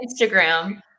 Instagram